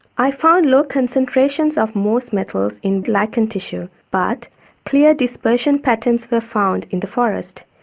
i found low concentrations of most metals in lichen tissue, but clear dispersion patterns were found in the forest,